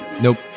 Nope